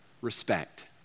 respect